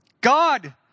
God